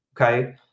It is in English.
Okay